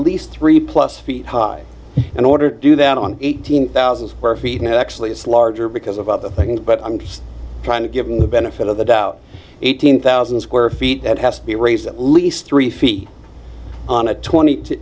least three play speak in order to do that on eighteen thousand square feet and actually it's larger because of other things but i'm just trying to give them the benefit of the doubt eighteen thousand square feet that has to be raised at least three feet on a twenty two